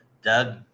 Doug